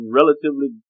relatively